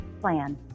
plan